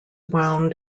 wound